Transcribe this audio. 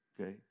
Okay